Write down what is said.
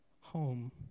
Home